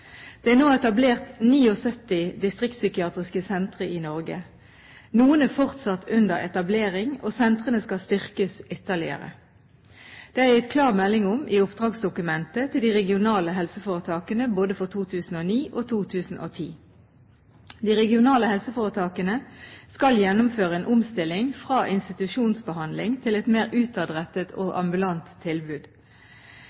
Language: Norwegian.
Det er nå etablert 79 distriktspsykiatriske sentre i Norge. Noen er fortsatt under etablering, og sentrene skal styrkes ytterligere. Det har jeg gitt klar melding om i oppdragsdokumentet til de regionale helseforetakene både for 2009 og 2010. De regionale helseforetakene skal gjennomføre en omstilling fra institusjonsbehandling til et mer utadrettet og